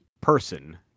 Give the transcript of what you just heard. person